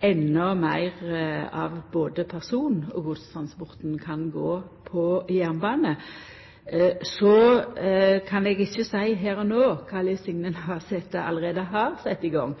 meir av både person- og godstransporten kan gå på jernbane. Så kan eg ikkje seia her og no kva Liv Signe Navarsete allereie har sett i gang,